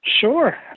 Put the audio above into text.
Sure